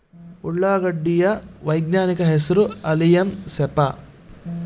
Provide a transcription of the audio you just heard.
ಉಳ್ಳಾಗಡ್ಡಿ ಯ ವೈಜ್ಞಾನಿಕ ಹೆಸರು ಅಲಿಯಂ ಸೆಪಾ